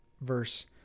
verse